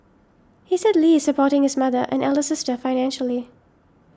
he said Lee is supporting his mother and elder sister financially